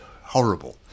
horrible